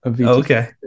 Okay